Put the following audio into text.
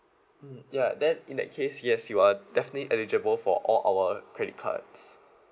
mm ya then in that case yes you are definitely eligible for all our credit cards